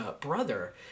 brother